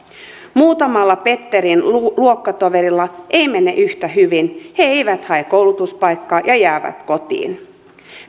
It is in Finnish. muutamalla petterin luokkatoverilla ei mene yhtä hyvin he eivät hae koulutuspaikkaa ja jäävät kotiin